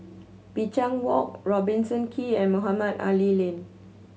Binchang Walk Robertson Quay and Mohamed Ali Lane